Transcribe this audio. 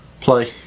play